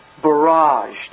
barraged